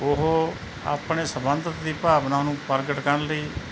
ਉਹ ਆਪਣੇ ਸਬੰਧਤ ਦੀ ਭਾਵਨਾ ਨੂੰ ਪ੍ਰਗਟ ਕਰਨ ਲਈ